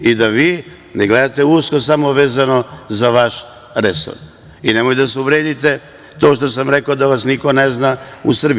I vi da ne gledate usko samo vezano za vaš resor i nemojte da se uvredite to što sam vam rekao da vas niko ne zna u Srbiji.